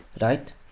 Right